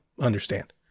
understand